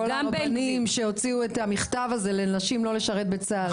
כל הרבנים שהוציאו את המכתב הזה לנשים לא לשרת בצה"ל.